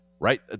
right